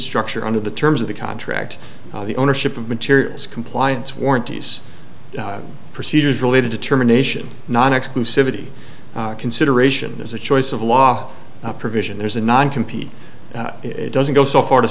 structure under the terms of the contract the ownership of materials compliance warranties procedures related to terminations non exclusive a t consideration there's a choice of law provision there's a non competing it doesn't go so far to